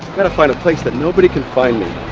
gotta find a place that nobody can find me.